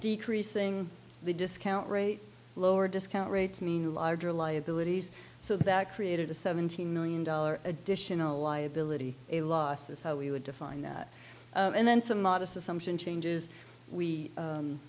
decreasing the discount rate lower discount rates mean larger liabilities so that created a seventeen million dollars additional liability a loss is how we would define that and then some modest assumption changes we